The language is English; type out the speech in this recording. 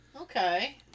Okay